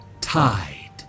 tide